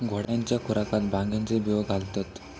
घोड्यांच्या खुराकात भांगेचे बियो घालतत